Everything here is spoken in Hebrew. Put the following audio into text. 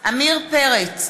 עמיר פרץ,